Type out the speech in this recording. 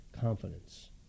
confidence